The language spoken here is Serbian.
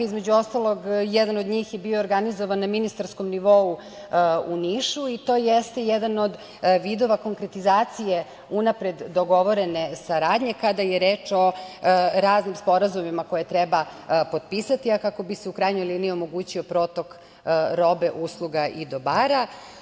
Između ostalog, jedan od njih je bio organizovan na ministarskom nivou u Nišu i to jeste jedan od vidova konkretizacije unapred dogovorene saradnje kada je reč o raznim sporazumima koje treba potpisati, a kako bi se u krajnjoj liniji omogućio protok robe, usluga i dobara.